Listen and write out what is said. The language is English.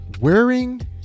Wearing